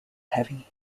heavy